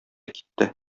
китте